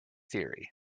theory